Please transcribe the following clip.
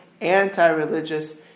anti-religious